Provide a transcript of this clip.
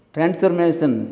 Transformation